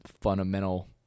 fundamental